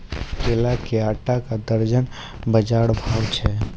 केला के आटा का दर्जन बाजार भाव छ?